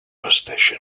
vesteixen